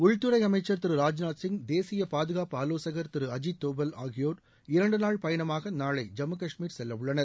உள்துறை அமைச்சர் திரு ராஜ்நாத் சிங் தேசிய பாதுகாப்பு ஆலோசகர் திரு அஜீத் தோவல் ஆகியோர் இரண்டு நாள் பயணமாக நாளை ஜம்மு காஷ்மீர் செல்ல உள்ளனர்